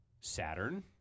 Saturn